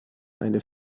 eine